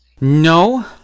No